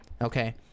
Okay